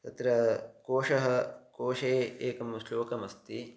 तत्र कोशः कोशे एकं श्लोकमस्ति